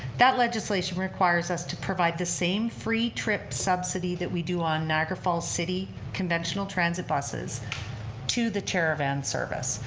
that legislation requires us to provide the same free trip subsidy that we do on niagara falls city conventional transit buses to the chair-a-van service.